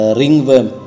ringworm